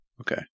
Okay